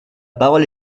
parole